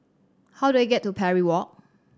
how do I get to Parry Walk